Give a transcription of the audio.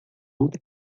outro